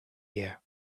here